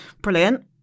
brilliant